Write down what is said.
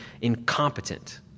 incompetent